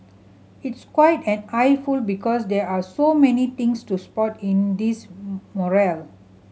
it's quite an eyeful because there are so many things to spot in this mural